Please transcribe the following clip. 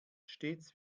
stets